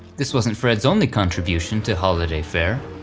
this wasn't fred's only contribution to holiday fare.